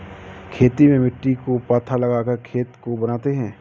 खेती में मिट्टी को पाथा लगाकर खेत को बनाते हैं?